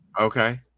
Okay